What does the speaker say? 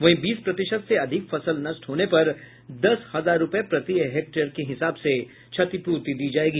वहीं बीस प्रतिशत से अधिक फसल नष्ट होने पर दस हजार रूपये प्रति हेक्टेयर के हिसाब से क्षतिपूर्ति दी जायेगी